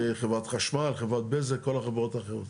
חברת חשמל, חברת בזק, כל החברות האחרות.